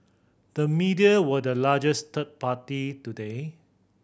the media were the largest third party today